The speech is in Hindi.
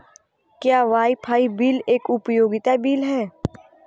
क्या वाईफाई बिल एक उपयोगिता बिल है?